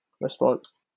response